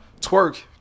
Twerk